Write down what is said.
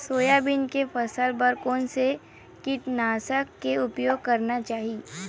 Soybean के फसल बर कोन से कीटनाशक के उपयोग करना चाहि?